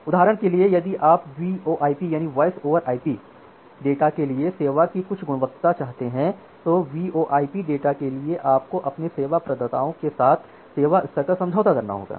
उदाहरण के लिए यदि आप वीओआईपी डेटा के लिए सेवा की कुछ गुणवत्ता चाहते हैं तो वीओआईपी डेटा के लिए आपको अपने सेवा प्रदाताओं के साथ सेवा स्तर का समझौता करना होगा